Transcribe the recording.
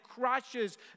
crashes